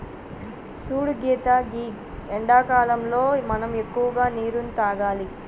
సూడు సీత గీ ఎండాకాలంలో మనం ఎక్కువగా నీరును తాగాలి